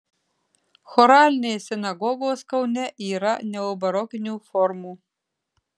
choralinės sinagogos kaune yra neobarokinių formų